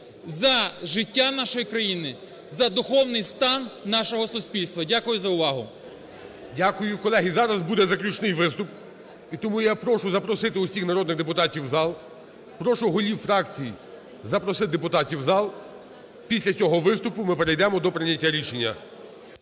за життя нашої країни, за духовний стан нашого суспільства. Дякую за увагу. ГОЛОВУЮЧИЙ. Дякую. Колеги, зараз буде заключний виступ. І тому я прошу запросити усіх народних депутатів в зал. Прошу голів фракцій запросити депутатів в зал. Після цього виступу ми перейдемо до прийняття рішення.